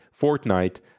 Fortnite